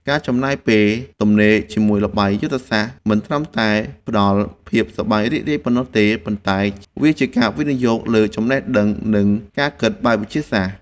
ការចំណាយពេលទំនេរជាមួយល្បែងយុទ្ធសាស្ត្រមិនត្រឹមតែផ្ដល់ភាពសប្បាយរីករាយប៉ុណ្ណោះទេ ប៉ុន្តែ វាក៏ជាការវិនិយោគលើចំណេះដឹងនិងការគិតបែបវិទ្យាសាស្ត្រ។